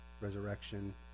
resurrection